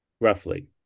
roughly